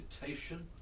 meditation